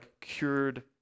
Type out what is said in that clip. cured